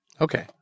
Okay